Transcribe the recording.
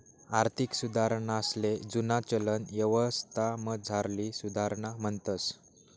आर्थिक सुधारणासले जुना चलन यवस्थामझारली सुधारणा म्हणतंस